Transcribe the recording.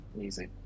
Easy